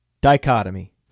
Dichotomy